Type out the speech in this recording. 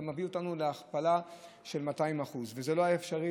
זה מביא אותנו להכפלה של 200% וזה לא היה אפשרי,